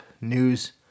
news